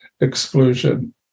exclusion